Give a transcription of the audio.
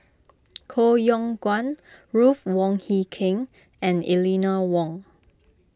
Koh Yong Guan Ruth Wong Hie King and Eleanor Wong